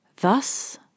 Thus